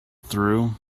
through